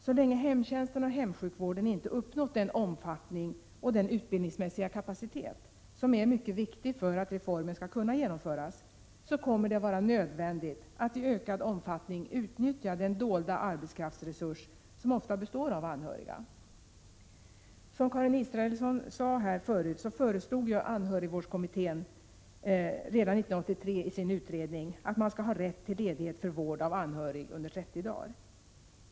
Så länge hemtjänsten och hemsjukvården inte uppnått den omfattning och den utbildningsmässiga kapacitet som är mycket viktig för att reformen skall kunna genomföras, kommer det att vara nödvändigt att i ökad omfattning utnyttja den dolda arbetskraftsresurs som ofta består av anhöriga. Som Karin Israelsson sade förut föreslog anhörigvårdskommittén redan 1983 i sin utredning att man skall ha rätt till ledighet för vård av anhörig under 30 dagar.